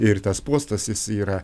ir tas postas jis yra